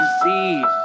disease